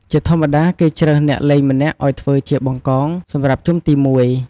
ជាធម្មតា គេជ្រើសអ្នកលេងម្នាក់ឱ្យធ្វើជា បង្កង សម្រាប់ជុំទីមួយ។